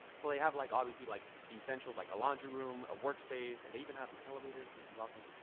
so they have like obviously like the essentials like a laundry room, a workspace and they even have an elevator, which is awesome.